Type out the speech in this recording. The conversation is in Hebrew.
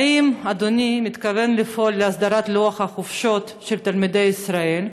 האם אדוני מתכוון לפעול להסדרת לוח החופשות של תלמידי ישראל,